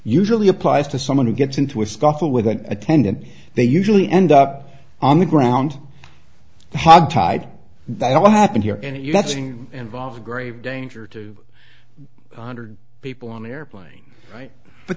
usually applies to someone who gets into a scuffle with an attendant they usually end up on the ground hog tied that all happened here and you don't seem involved grave danger two hundred people on an airplane but